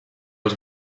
els